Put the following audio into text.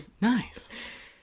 Nice